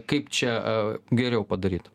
kaip čia geriau padaryt